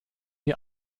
die